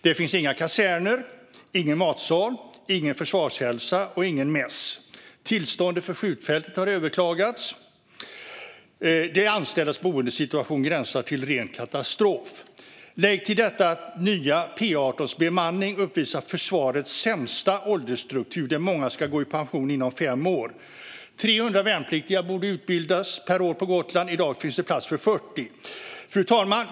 Det finns inga kaserner, ingen matsal, ingen försvarshälsa och ingen mäss. Tillståndet för skjutfältet har överklagats. De anställdas boendesituation gränsar till ren katastrof. Lägg till detta att nya P 18:s bemanning uppvisar försvarets sämsta åldersstruktur, där många ska gå i pension inom fem år. 300 värnpliktiga borde utbildas per år på Gotland - i dag finns det plats för 40. Fru talman!